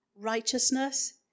righteousness